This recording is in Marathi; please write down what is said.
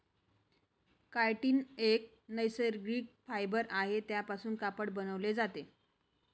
कायटीन एक नैसर्गिक फायबर आहे त्यापासून कापड बनवले जाते